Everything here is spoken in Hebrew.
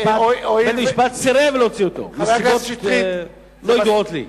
בית-המשפט סירב להוציא אותו מסיבות שלא ידועות לי.